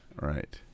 Right